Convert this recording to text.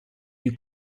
you